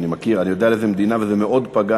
אני יודע על איזו מדינה, וזה מאוד פגע.